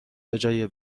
بجای